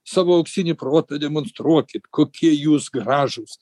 savo auksinį protą demonstruokit kokie jūs gražūs